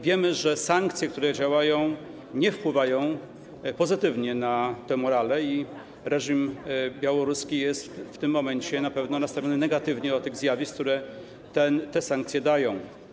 Wiemy, że sankcje, które działają, nie wpływają pozytywnie na morale i reżim białoruski jest w tym momencie na pewno nastawiony negatywnie do tych zjawisk, które te sankcje dają.